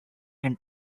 and